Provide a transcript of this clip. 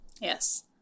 Yes